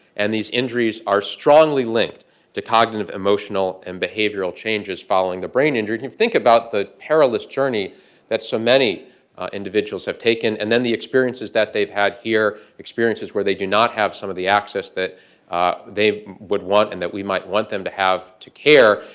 and these injuries are strongly linked to cognitive, emotional, and behavioral changes following the brain injury. think about the perilous journey that so many individuals have taken and then the experiences that they've had here, experiences where they do not have some of the access that they would want and that we might want them to have to care.